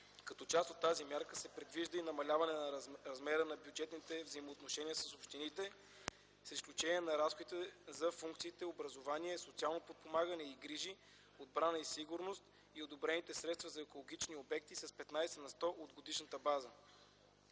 Като част от тази мярка се предвижда и намаляване размера на бюджетните взаимоотношения с общините с изключение на разходите за функциите образование, социално подпомагане и грижи, отбрана и сигурност и одобрените средства за екологични обекти с 15 на сто на годишна база.